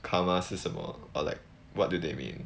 karma 是什么 or like what do they mean